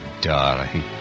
Darling